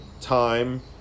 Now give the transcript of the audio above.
time